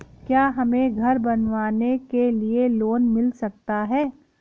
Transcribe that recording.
क्या हमें घर बनवाने के लिए लोन मिल सकता है?